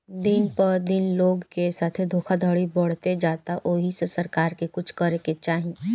दिन प दिन लोग के साथे धोखधड़ी बढ़ते जाता ओहि से सरकार के कुछ करे के चाही